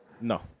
No